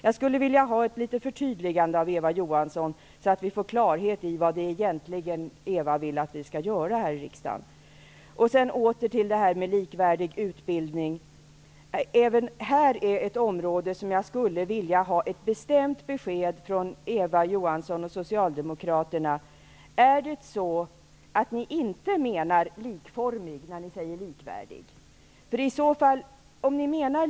Jag skulle vilja ha ett litet förtydligande av Eva Johansson så att vi får klarhet i vad hon egentligen vill att vi skall göra här i riksdagen. Även när det gäller frågan om likvärdig utbildning skulle jag vilja ha ett klart besked från Eva Johansson och socialdemokraterna. Menar ni inte likformig när ni säger likvärdig?